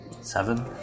Seven